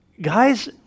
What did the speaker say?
Guys